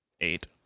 Eight